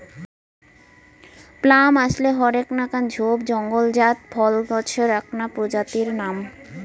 plum আশলে হরেক নাকান ঝোপ জঙলজাত ফল গছের এ্যাকনা প্রজাতির নাম